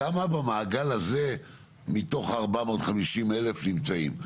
כמה במעגל הזה מתוך ה-450,000 נמצאים?